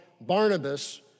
Barnabas